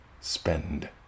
Spend